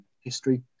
history